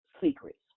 secrets